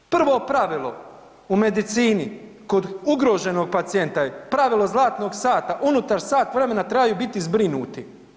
Prvo pravilo u medicini kod ugroženog pacijenta je pravilo zlatnog sata unutar sat vremena trebaju biti zbrinuti.